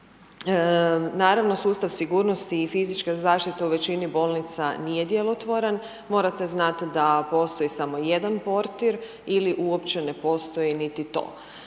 Naravno sustav sigurnosti i fizičke zaštite u većini bolnica nije djelotvoran. Morate znati da postoji samo jedan portir ili uopće ne postoji niti to.